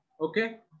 okay